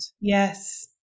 Yes